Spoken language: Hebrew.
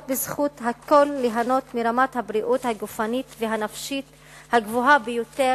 בזכות הכול ליהנות מרמת הבריאות הגופנית והנפשית הגבוהה ביותר